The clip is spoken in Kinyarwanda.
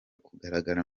kugaragara